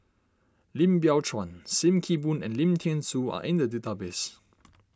Lim Biow Chuan Sim Kee Boon and Lim thean Soo are in the database